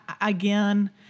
again